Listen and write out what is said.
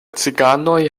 ciganoj